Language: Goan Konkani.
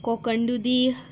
कोकणदुदी